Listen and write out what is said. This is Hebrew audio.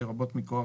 לרבות מכוח